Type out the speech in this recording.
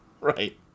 Right